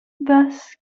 thus